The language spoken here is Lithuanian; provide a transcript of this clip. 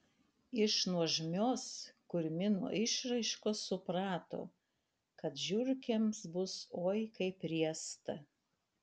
iš nuožmios kurmino išraiškos suprato kad žiurkėms bus oi kaip riesta